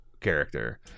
character